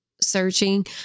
searching